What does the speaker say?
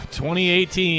2018